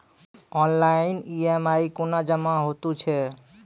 Online EMI कूना जमा हेतु छै?